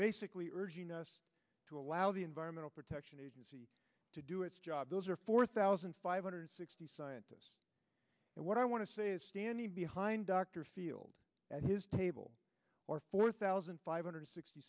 basically urging us to allow the environmental protection agency to do its job those are four thousand five hundred sixty scientists and what i want to say is standing behind dr field at his table or four thousand five hundred sixty